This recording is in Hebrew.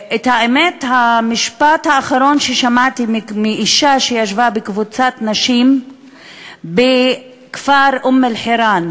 המשפט האחרון ששמעתי מאישה שישבה בקבוצת נשים בכפר אום-אלחיראן,